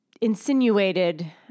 insinuated